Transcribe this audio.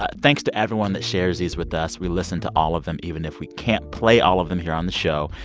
ah thanks to everyone that shares is with us. we listen to all of them, even if we can't play all of them here on the show.